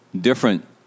different